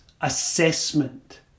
assessment